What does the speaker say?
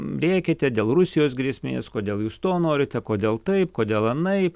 rėkiate dėl rusijos grėsmės kodėl jūs to norite kodėl taip kodėl anaip